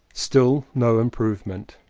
still no improvement.